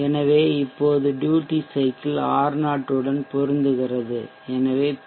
எனவே இப்போது duty cycle R0 உடன் பொருந்துகிறது எனவே பி